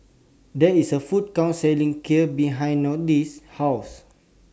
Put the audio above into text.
There IS A Food Court Selling Kheer behind Nohely's House